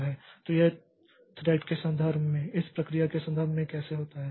तो यह थ्रेड के संदर्भ में इस प्रक्रिया के संदर्भ में कैसे होता है